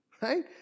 Right